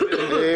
לא יהיה דיון.